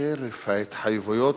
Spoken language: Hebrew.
חרף ההתחייבויות,